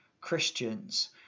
Christians